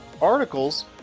articles